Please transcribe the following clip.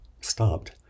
stopped